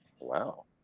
Wow